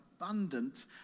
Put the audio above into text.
abundant